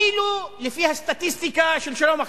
אפילו לפי הסטטיסטיקה של "שלום עכשיו".